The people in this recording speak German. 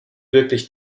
wirklich